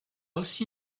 aussi